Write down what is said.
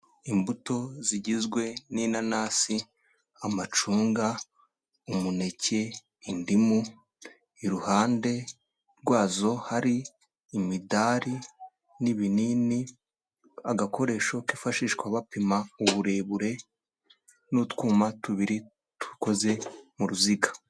Imbuto zigizwe n'inanasi, amacunga, umuneke, indimu, iruhande rwazo hari imidari n'ibinini, agakoresho kifashishwa bapima uburebure n'utwuma tubiri dukoze mu ruziga.